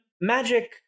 magic